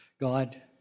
God